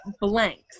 blanks